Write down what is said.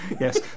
Yes